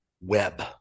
web